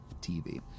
TV